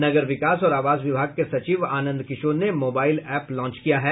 नगर विकास और आवास विभाग के सचिव आनंद किशोर ने मोबाईल एप लान्च किया है